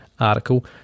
Article